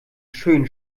schönen